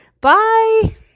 bye